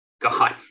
God